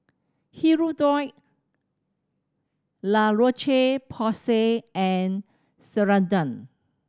Hirudoid La Roche Porsay and Ceradan